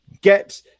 get